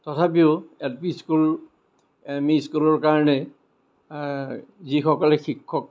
তথাপিও L P school M E স্কুলৰ কাৰণে যিসকলে শিক্ষক